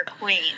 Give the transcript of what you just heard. queen